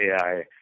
AI